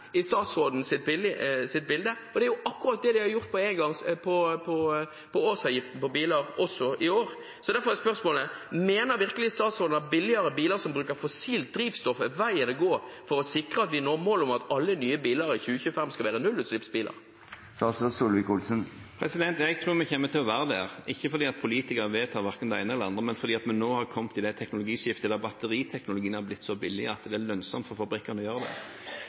i statsrådens bilde – og det er akkurat det de har gjort med årsavgiften på biler også i år. Derfor er spørsmålet: Mener virkelig statsråden at billigere biler som bruker fossilt drivstoff, er veien å gå for å sikre at vi når målet om at alle nye biler i 2025 skal være nullutslippsbiler? Jeg tror vi kommer til å være der – ikke fordi politikerne vedtar verken det ene eller det andre, men fordi vi nå har kommet til det teknologiskiftet der batteriteknologien er blitt så billig at det er lønnsomt for fabrikkene. Det selges 60–70–80 millioner biler på verdensbasis. Norge har et marked på mellom 100 000 og 150 000. Det